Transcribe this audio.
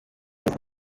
nuko